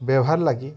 ବେବହାର୍ ଲାଗି